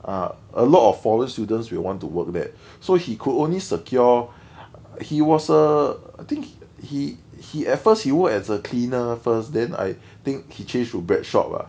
ah a lot of foreign students will want to work there so he could only secure he was uh I think he he at first he worked as a cleaner first then I think he change to bread shop ah